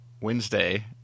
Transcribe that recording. Wednesday